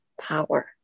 power